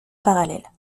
parallèle